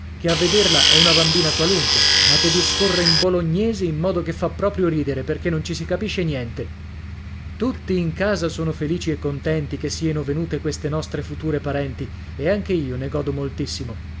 che a vederla è una bambina qualunque ma che discorre in bolognese in modo che fa proprio ridere perché non ci si capisce niente tutti in casa sono felici e contenti che sieno venute queste nostre future parenti e anche io ne godo moltissimo